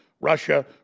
Russia